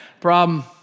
problem